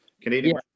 Canadian